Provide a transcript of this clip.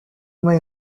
may